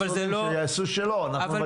אז לגבי אותם משרדים שלא אנחנו נבקש